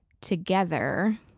together